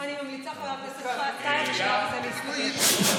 אני ממליצה, את זה לוועדת החוץ והביטחון.